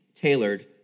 tailored